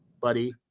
buddy